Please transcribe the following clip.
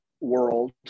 world